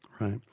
Right